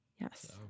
Yes